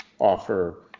offer